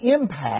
impact